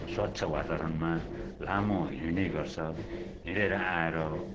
स्वच्छ वातावरणमा लामो हिँड्ने गर्छ हिँडेर आएर